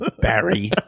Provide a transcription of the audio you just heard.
Barry